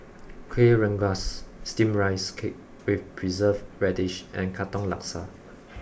kuih rengas steamed rice cake with preserved radish and Katong Laksa